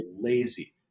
lazy